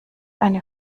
eine